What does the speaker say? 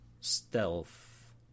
Stealth